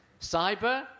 Cyber